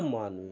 Manvi